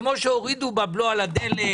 כמו שהורידו בבלו על הדלק,